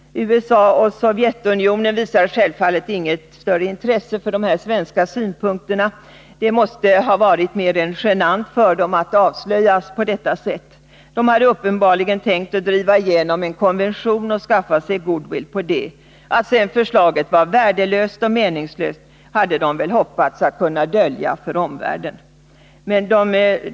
USA och Sovjetunionen visade inget större intresse för de svenska synpunkterna. Det måste ha varit mer än genant för dem att avslöjas på detta sätt. De hade uppenbarligen tänkt att de skulle driva igenom en konvention och skaffa sig goodwill på det. Att förslaget var värdelöst och meningslöst hade de väl hoppats att kunna dölja för omvärlden.